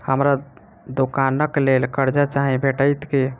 हमरा दुकानक लेल कर्जा चाहि भेटइत की?